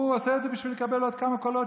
הוא עשה את זה בשביל לקבל עוד כמה קולות